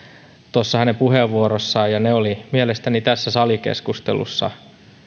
tuossa hänen puheenvuorossaan ja ne olivat mielestäni tässä salikeskustelussa